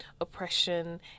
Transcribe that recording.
oppression